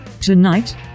Tonight